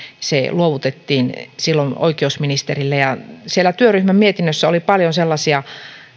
se luovutettiin silloin oikeusministerille siellä työryhmän mietinnössä oli paljon sellaisia